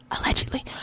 allegedly